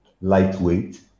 lightweight